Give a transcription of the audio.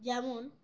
যেমন